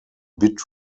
bit